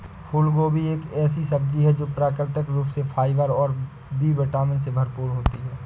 फूलगोभी एक ऐसी सब्जी है जो प्राकृतिक रूप से फाइबर और बी विटामिन से भरपूर होती है